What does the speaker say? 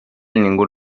ningú